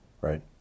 right